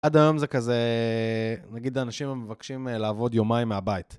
עד היום זה כזה, נגיד אנשים מבקשים לעבוד יומיים מהבית.